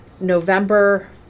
November